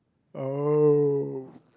oh